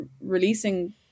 releasing